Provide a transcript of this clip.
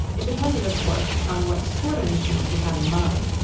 it depended of course on what sort of machines you had in mind.